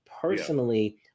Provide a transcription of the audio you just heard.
personally